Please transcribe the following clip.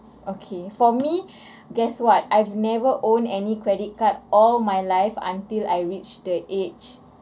okay for me guess what I've never owned any credit card all my life until I reached the age